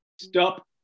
Stop